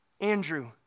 Andrew